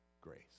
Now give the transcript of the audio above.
grace